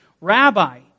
Rabbi